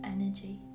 energy